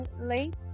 late